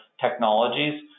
technologies